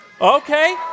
Okay